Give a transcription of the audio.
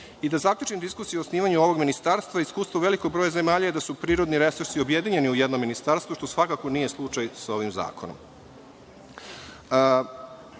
zaključim diskusiju o osnivanju ovog ministarstva, iskustvo velikog broja zemalja je da su prirodni resursi objedinjeni u jednom ministarstvu, što svakako nije slučaj sa ovim zakonom. Kad